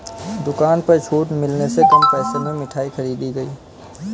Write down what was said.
दुकान पर छूट मिलने से कम पैसे में मिठाई खरीदी गई